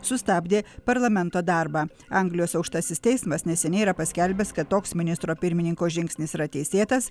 sustabdė parlamento darbą anglijos aukštasis teismas neseniai yra paskelbęs kad toks ministro pirmininko žingsnis yra teisėtas